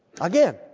Again